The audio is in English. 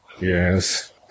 Yes